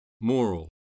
moral